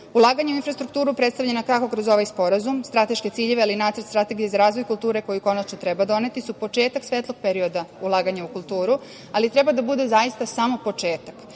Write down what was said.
zemlje. Ulaganja u infrastrukturu predstavljena kako kroz ovaj sporazum, strateške ciljeve ali i nacrt strategije za razvoj kulture koji konačno treba doneti su početak svetlog perioda ulaganja u kulturu, ali treba da bude zaista samo početak. Važno